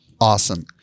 Awesome